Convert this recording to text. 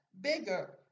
bigger